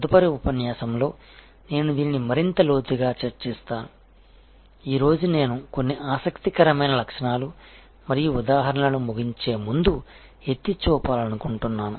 తదుపరి ఉపన్యాసంలో నేను దీనిని మరింత లోతుగా చర్చిస్తాను ఈరోజు నేను కొన్ని ఆసక్తికరమైన లక్షణాలు మరియు ఉదాహరణలను ముగించే ముందు ఎత్తి చూపాలనుకుంటున్నాను